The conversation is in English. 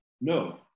No